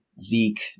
Zeke